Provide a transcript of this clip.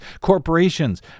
corporations